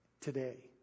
today